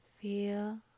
Feel